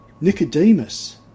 Nicodemus